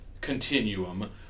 continuum